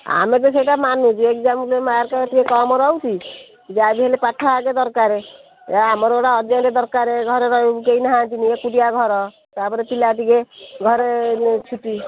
ଆମେ ତ ସେଇଟା ମାନୁଛୁ ଏକ୍ଜାମରେ ମାର୍କ ଟିକିଏ କମ ରହୁଛି ଯାହା ବି ହେଲେ ପାଠ ଆଗ ଦରକାର ଏ ଆମର ଗୋଟେ ଅର୍ଜେଣ୍ଟ ଦରକାର ଘରେ ରହିବୁ କେହି ନାହାନ୍ତି ଏକୁଟିଆ ଘର ତା'ପରେ ପିଲା ଟିକିଏ ଘରେ ଛୁଟି